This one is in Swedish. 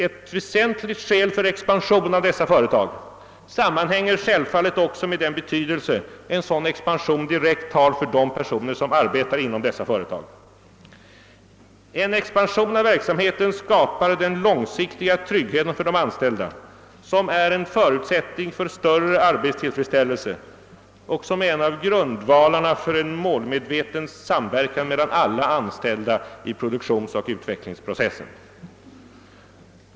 Ett väsentligt skäl för expansion av dessa företag sammanhänger självfallet också med den betydelse en sådan expansion direkt har för de personer som arbetar inom dessa företag. En expansion av verksamheten skapar den långsiktiga tryggheten för de anställda som är en förutsättning för större arbetstillfredsställelse och som är en av grundvalarna för en målmedveten samverkan mellan alla anställda i produktionsoch utvecklingsprocessen.